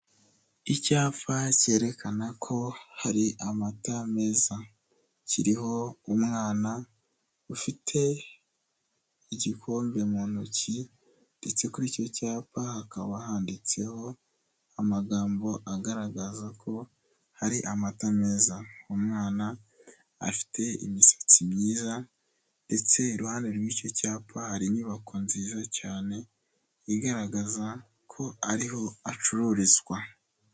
Icyapa cyerekana ko hari amata meza. Kiriho umwana ufite igikombe mu ntoki ndetse kuri icyo cyapa hakaba handitseho amagambo agaragaza ko hari amata meza. Umwana afite imisatsi myiza, ndetse iruhande rw'icyo cyapa hari inyubako nziza cyane igaragaza ko ari ho acururizwa.